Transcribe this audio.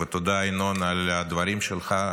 ותודה ינון על הדברים שלך,